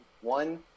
one